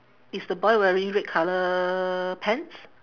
is the boy wearing red colour pants